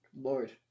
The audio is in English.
lord